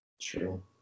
True